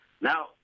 Now